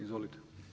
Izvolite.